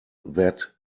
that